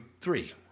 three